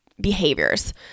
behaviors